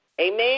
Amen